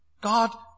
God